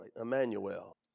Emmanuel